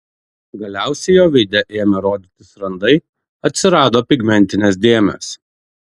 galiausiai jo veide ėmė rodytis randai atsirado pigmentinės dėmės